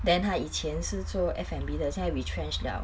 then 他以前是做 F&B 的 retrenched liao